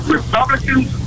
Republicans